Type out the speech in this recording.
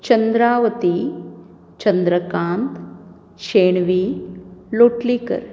Chandravati Chandrakant Shenvi Lotlikar